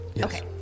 Okay